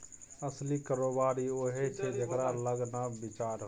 असली कारोबारी उएह छै जेकरा लग नब विचार होए